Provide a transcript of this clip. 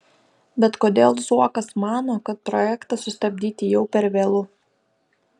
bet kodėl zuokas mano kad projektą sustabdyti jau per vėlu